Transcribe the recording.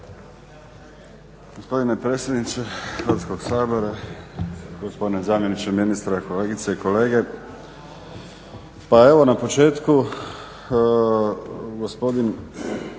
Gospodine predsjedniče Hrvatskog sabora, gospodine zamjeniče ministra, kolegice i kolege. Pa evo na početku gospodin